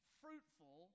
fruitful